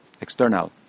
External